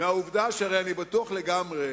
מהעובדה שהרי אני בטוח לגמרי